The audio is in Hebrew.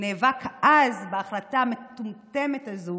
נאבק אז בהחלטה המטומטמת הזו,